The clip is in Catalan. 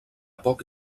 poc